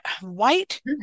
white